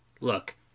Look